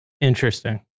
Interesting